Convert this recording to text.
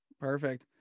Perfect